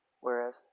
whereas